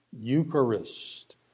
Eucharist